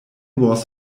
was